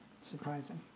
Surprising